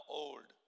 old